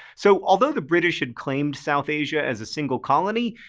so, although the british had claimed south asia as a single colony,